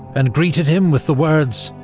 and greeted him with the words,